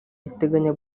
iteganya